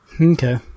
okay